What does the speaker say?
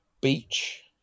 beach